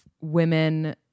women